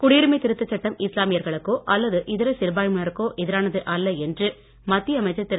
குடியுரிமை திருத்தச் சட்டம் இஸ்லாமியர்களுக்கோ அல்லது இதர சிறுபான்மையினருக்கோ எதிரானது அல்ல என்று மத்திய அமைச்சர் திரு